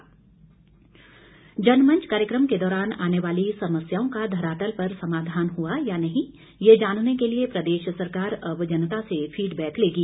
बरागटा जनमंच कार्यक्रम के दौरान आने वाली समस्याओं का धरातल पर समाधान हुआ या नहीं ये जानने के लिए प्रदेश सरकार अब जनता से फीड बैक लेगी